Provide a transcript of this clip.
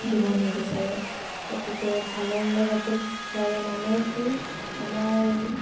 দিব নিবিচাৰে গতিকে ভালৰ লগতে বিচাৰে মানে কি আমাৰ